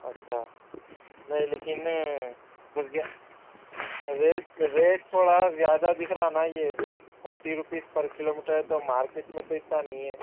اچھا نہیں لیکن میں ریٹ ریٹ تھوڑا زیادہ دکھ رہا نا یہ ریٹ ٹھٹی روپیز پر کیلو میٹر تو مارکیٹ میں تو اتنا نہیں ہے